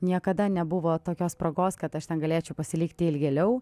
niekada nebuvo tokios progos kad aš ten galėčiau pasilikti ilgėliau